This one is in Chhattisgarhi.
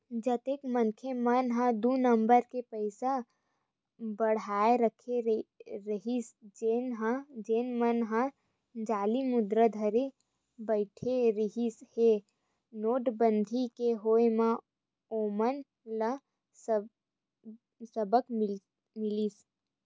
जतेक मनखे मन ह दू नंबर के पइसा दबाए रखे रहिस जेन मन ह जाली मुद्रा धरे बइठे रिहिस हे नोटबंदी के होय म ओमन ल सबक मिलिस